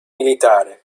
militare